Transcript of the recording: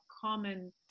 common